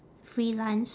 freelance